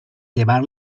llevar